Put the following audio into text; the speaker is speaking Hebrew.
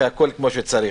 הכול כמו שצריך.